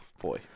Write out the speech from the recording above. boy